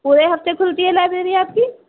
پورے ہفتے کھلتی ہےلائبریری آپ کی